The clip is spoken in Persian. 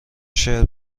شعر